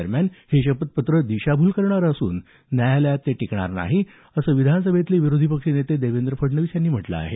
दरम्यान हे शपथपत्र दिशाभूल करणारं असून न्यायालयात ते टिकणार नाही असं विधानसभेचे विरोधी पक्षनेते देवेंद्र फडणवीस यांनी म्हटलं आहे